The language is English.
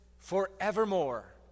forevermore